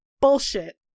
Bullshit